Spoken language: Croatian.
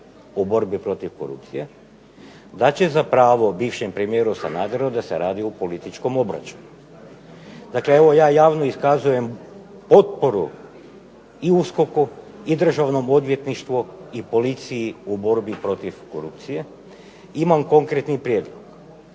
u borbi protiv korupcije da će za pravo bivšem premijeru Sanaderu da se radi o političkom obračunu. Dakle, evo ja javno iskazujem potporu i USKOK-u i Državnom odvjetništvu i policiji u borbi protiv korupcije. Imam konkretni prijedlog.